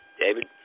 David